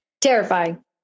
Terrifying